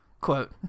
Quote